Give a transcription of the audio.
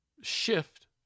shift